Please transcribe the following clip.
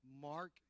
mark